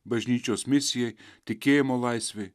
bažnyčios misijai tikėjimo laisvei